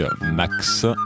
Max